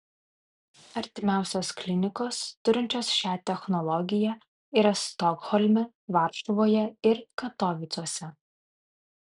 artimiausios klinikos turinčios šią technologiją yra stokholme varšuvoje ir katovicuose